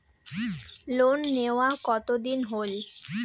Loan নেওয়ার কতদিন হইল?